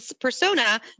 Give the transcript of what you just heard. persona